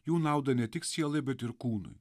jų naudą ne tik sielai bet ir kūnui